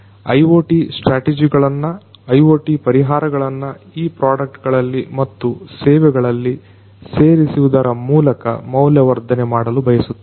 IoT strategy ಗಳನ್ನು IoT ಪರಿಹಾರಗಳಗಳನ್ನ ಈ ಪ್ರಾಡಕ್ಟ್ ಗಳಲ್ಲಿ ಮತ್ತು ಸೇವೆಗಳಲ್ಲಿ ಸೇರಿಸುವುದರ ಮೂಲಕ ಮೌಲ್ಯವರ್ಧನೆಮಾಡಲು ಬಯಸುತ್ತೇವೆ